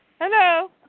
Hello